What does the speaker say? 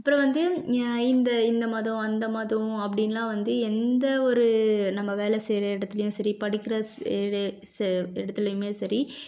அப்புறம் வந்து இந்த இந்த மதம் அந்த மதம் அப்படின்னுலாம் வந்து எந்த ஒரு நம்மை வேலை செய்கிற இடத்துலயும் சரி படிக்கிற இடத்துலயுமே சரி